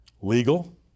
legal